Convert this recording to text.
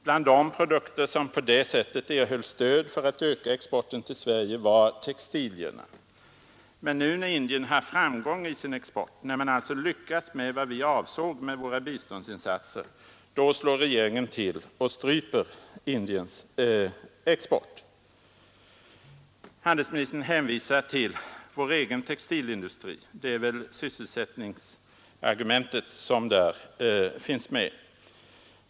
Bland de produkter som på det sättet erhöll stöd för att öka exporten till Sverige var textilierna. Men nu, när Indien har framgång i sin export — när man där alltså lyckats med vad vi avsåg med våra biståndsinsatser — slår regeringen till och stryper Indiens export till Sverige. Handelsministern hänvisade till vår egen textilindustri. Det är väl sysselsättningsargumentet som där finns med.